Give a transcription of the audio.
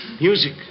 Music